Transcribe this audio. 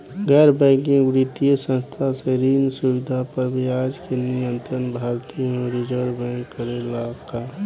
गैर बैंकिंग वित्तीय संस्था से ऋण सुविधा पर ब्याज के नियंत्रण भारती य रिजर्व बैंक करे ला का?